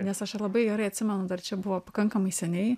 nes aš ir labai gerai atsimenu dar čia buvo pakankamai seniai